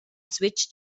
żwieġ